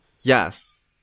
Yes